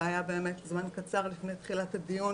שהיה זמן קצר לפי תחילת הדיון